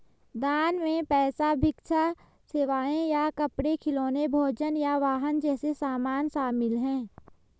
दान में पैसा भिक्षा सेवाएं या कपड़े खिलौने भोजन या वाहन जैसे सामान शामिल हैं